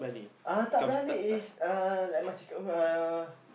uh tak berani is uh like macam cakap apa uh